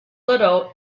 little